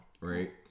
right